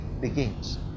begins